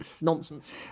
nonsense